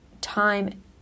time